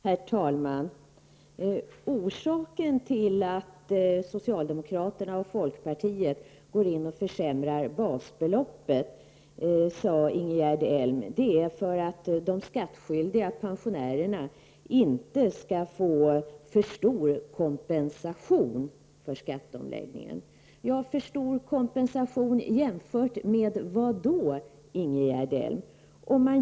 Herr talman! Orsaken till att socialdemokraterna och folkpartiet går in och försämrar basbeloppet är enligt Ingegerd Elm att man vill undvika att skattskyldiga pensionärer får för stor kompensation för skatteomläggningen. Men vad jämför man då med, Ingegerd Elm?